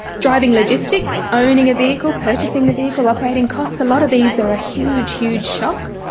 driving logistics, owning a vehicle, purchasing the vehicle, operating costs, a lot of these are a huge, huge shock.